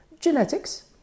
Genetics